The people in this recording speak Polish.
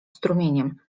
strumieniem